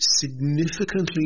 significantly